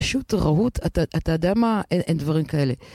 פשוט רהוט, אתה יודע מה? אין דברים כאלה.